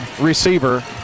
receiver